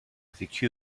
vécu